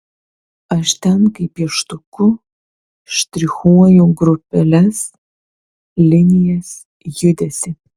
aš ten kaip pieštuku štrichuoju grupeles linijas judesį